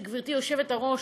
גברתי היושבת-ראש,